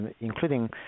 including